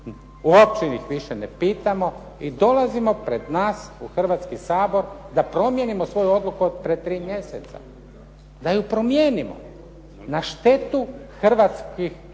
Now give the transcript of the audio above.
uopće ih više ne pitamo i dolazimo pred nas u Hrvatski sabor da promijenimo svoju odluku od pred 3 mjeseca. Da ju promijenimo na štetu hrvatskih